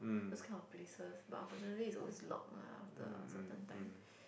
those kind of places but unfortunately it's always locked ah after a certain time